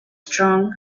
strong